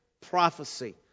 prophecy